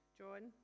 john